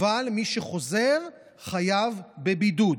אבל מי שחוזר חייב בבידוד.